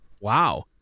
wow